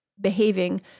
behaving